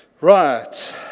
Right